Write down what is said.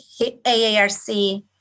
AARC